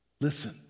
Listen